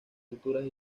alturas